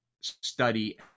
study